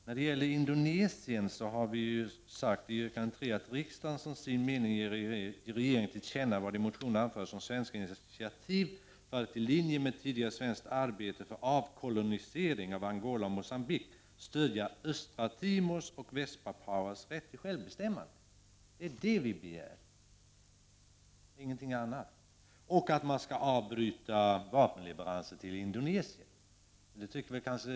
När det gäller Indonesien föreslår vi i yrkande 3 i motionen att ”riksdagen 15 som sin mening ger regeringen till känna vad i motionerna anförts om svenska initiativ för att i linje med tidigare svenskt arbete för avkolonisering av Angola och Mogambique stödja Östra Timors och Väst-Papuas rätt till självbestämmande”. Det är det vi begär, ingenting annat. Vi vill också att vapenleveranser till Indonesien skall avbrytas.